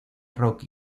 rock